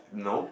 nope